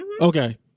okay